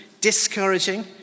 discouraging